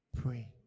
pray